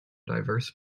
diverse